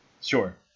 Sure